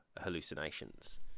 hallucinations